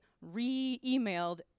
re-emailed